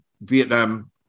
Vietnam